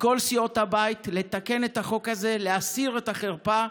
כל סיעות הבית, לתקן את החוק הזה ולהסיר את החרפה.